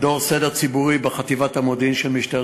מדור סדר ציבורי בחטיבת המודיעין של משטרת